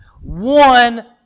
One